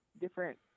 different